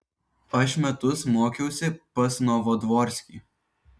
aš metus mokiausi pas novodvorskį